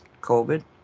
COVID